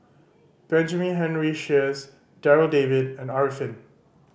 Benjamin Henry Sheares Darryl David and Arifin